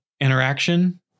interaction